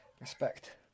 respect